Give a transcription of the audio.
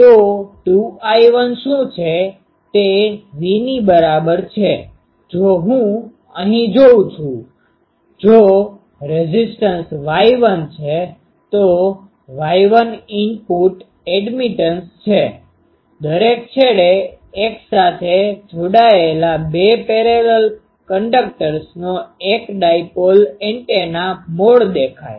તો 2 I1 શું છે તે V ની બરાબર છે જો હું અહીં જોઉં છું જો રેઝીસ્ટન્સ Y1 છે તો Y1 ઇનપુટ એડ્મીટન્સadmittanceપ્રવેશ છે દરેક છેડે એક સાથે જોડાયેલા બે પેરેલલ કન્ડકટર્સનો એક ડાઈપોલ એન્ટેના મોડ દેખાય